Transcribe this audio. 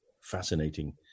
fascinating